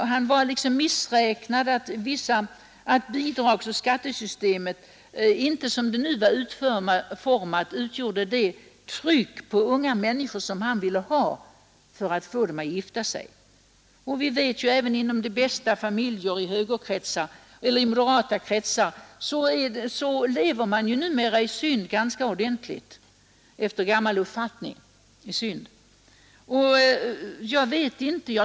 Han var missräknad över att bidragsoch skattesystemet - som det nu var utformat — inte utgjorde det tryck på unga människor som han ville ha för att få dem att gifta sig. Vi vet ju att man även i de bästa familjer i moderatkretsar numera lever i synd ganska ordentligt efter gammal uppfattning.